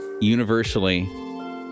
universally